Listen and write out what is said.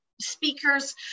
speakers